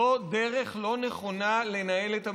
זו דרך לא נכונה לנהל את המליאה.